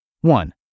One